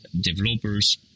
developers